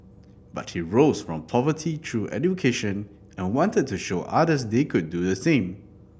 but he rose from poverty through education and wanted to show others they could do the same